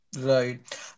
Right